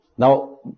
Now